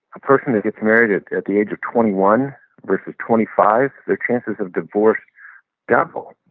a person who gets married at at the age of twenty one versus twenty five, their chances of divorce double.